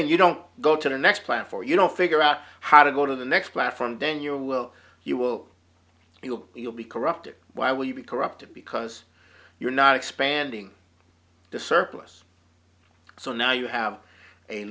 you don't go to the next plan for you know figure out how to go to the next platform then you will you will you will you'll be corrupted why will you be corrupted because you're not expanding the surplus so now you have a